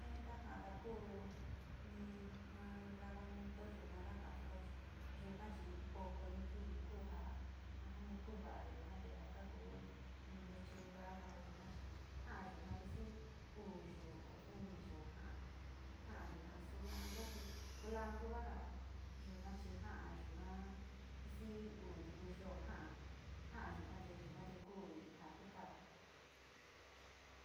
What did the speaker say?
In kakaodda kuu ni ja rabanito yuka kaka’atuda yuka chii oko ni kivi ku ja jajani kuu va´a yuka te kuu iii lechuga kakaodda yuga chi’ ja’a yuga vist uu yoo, ñni’ yoo ja’a, jaja yuga cilantro tu, kulan tru ka kakaoda yuga chi’ ja’a yuga visi uu tu ku yoo ja’a, ja´a yuga te, yaga te kuja kikada.